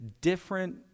different